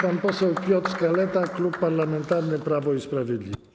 Pan poseł Piotr Kaleta, Klub Parlamentarny Prawo i Sprawiedliwość.